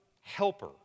helper